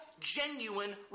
genuine